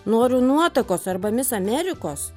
noriu nuotakos arba mis amerikos